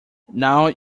now